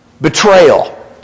Betrayal